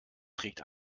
trägt